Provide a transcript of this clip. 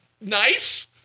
nice